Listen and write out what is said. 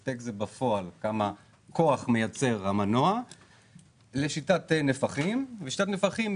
הספק זה בפועל כמה כוח מייצר המנוע ושיטת נפחים היא